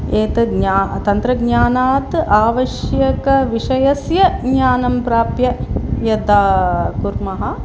एतद् न्या तन्त्रज्ञानात् आवश्यकं विषयस्य ज्ञानं प्राप्य यदा कुर्मः